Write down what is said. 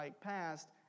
passed